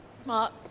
Smart